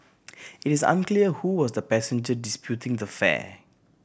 it is unclear who was the passenger disputing the fare